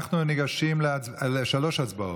אנחנו ניגשים לשלוש הצבעות,